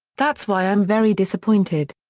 that's why i'm very disappointed.